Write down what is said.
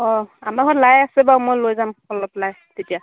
অঁ আমাৰ ঘৰত লাই আছে বাৰু মই লৈ যাম অলপ লাই তেতিয়া